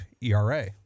ERA